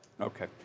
Okay